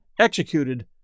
executed